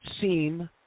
seem